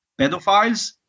pedophiles